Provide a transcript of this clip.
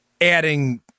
adding –